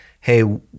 hey